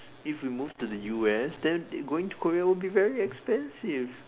if we move to the U_S then going to Korea will be very expensive